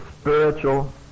spiritual